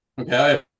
Okay